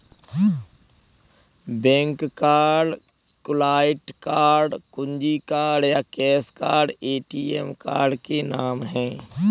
bank card, client card, कुंजी card या cash card ATM card के नाम है